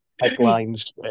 Headlines